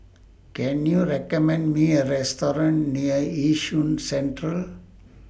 Can YOU recommend Me A Restaurant near Yishun Central